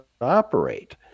operate